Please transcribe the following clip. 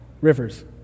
rivers